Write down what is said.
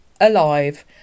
alive